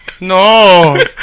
No